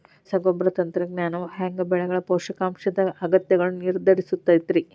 ರಸಗೊಬ್ಬರ ತಂತ್ರಜ್ಞಾನವು ಹ್ಯಾಂಗ ಬೆಳೆಗಳ ಪೋಷಕಾಂಶದ ಅಗತ್ಯಗಳನ್ನ ನಿರ್ಧರಿಸುತೈತ್ರಿ?